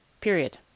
Period